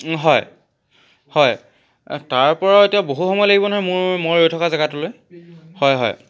হয় হয় তাৰ পৰাও এতিয়া বহু সময় লাগিব নহয় মোৰ মই ৰৈ থকা জেগাটোলৈ হয় হয়